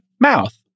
mouth